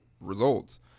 results